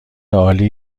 عالی